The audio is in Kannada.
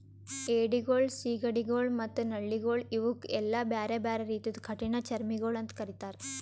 ಏಡಿಗೊಳ್, ಸೀಗಡಿಗೊಳ್ ಮತ್ತ ನಳ್ಳಿಗೊಳ್ ಇವುಕ್ ಎಲ್ಲಾ ಬ್ಯಾರೆ ಬ್ಯಾರೆ ರೀತಿದು ಕಠಿಣ ಚರ್ಮಿಗೊಳ್ ಅಂತ್ ಕರಿತ್ತಾರ್